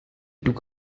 took